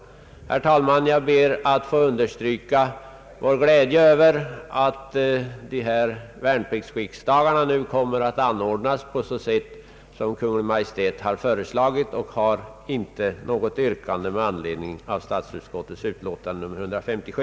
Herr talman! Jag ber att få understryka vår glädje över att värnpliktsriksdagar nu kommer att anordnas på sätt som Kungl. Maj:t föreslagit. Jag har inte något yrkande med anledning av statsutskottets utlåtande nr 157.